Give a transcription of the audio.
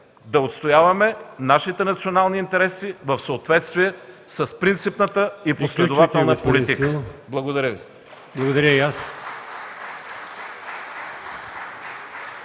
Да отстояваме нашите национални интереси в съответствие с принципната и последователна политика. Благодаря Ви.